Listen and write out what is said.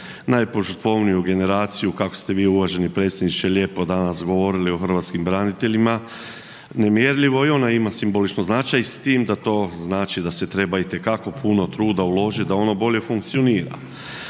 najpožrtvovniju generaciju kako ste vi uvaženi predsjedniče lijepo danas govorili o hrvatskim braniteljima, nemjerljivo i ono ima simbolično značaj s tim da to znači da se treba itekako puno truda uložiti da ono bolje funkcionira.